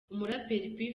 umuraperi